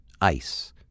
ICE